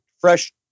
fresh